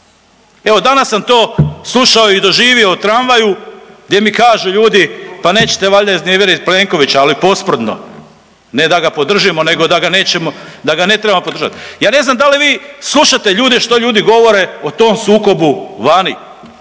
evo danas to slušao i doživio u tramvaju gdje mi kažu ljudi, pa nećete valjda iznevjerit Plenkovića, ali posprdno ne da ga podržimo nego da ga nećemo, da ga ne trebamo podržat. Ja ne znam da li vi slušate ljude, što ljudi govore o tom sukobu vani